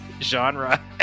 genre